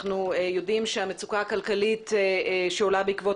אנחנו יודעים שהמצוקה הכלכלית שעולה בעקבות